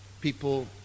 people